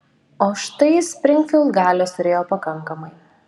o štai springfild galios turėjo pakankamai